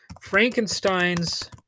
Frankenstein's